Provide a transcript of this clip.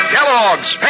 Kellogg's